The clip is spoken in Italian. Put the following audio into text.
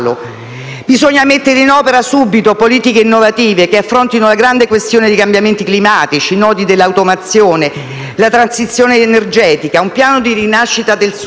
Bisogna mettere in opera subito politiche innovative che affrontino la grande questione dei cambiamenti climatici, i nodi dell'automazione, la transizione energetica e un piano di rinascita del Sud;